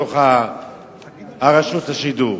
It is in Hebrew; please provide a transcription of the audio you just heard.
בתוך רשות השידור.